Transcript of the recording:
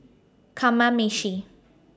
Kamameshi